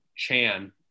chan